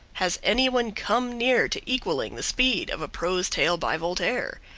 has any one come near to equalling the speed of a prose tale by voltaire.